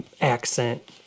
accent